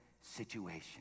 situation